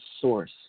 source